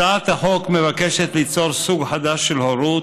הצעת החוק מבקשת ליצור סוג חדש של הורות,